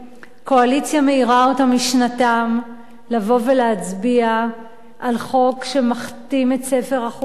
קואליציה מעירה אותם משנתם לבוא ולהצביע על חוק שמכתים את ספר החוקים,